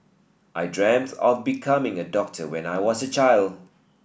I dreamt of becoming a doctor when I was a child